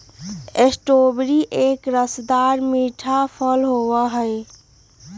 strawberry एक रसदार मीठा फल होबा हई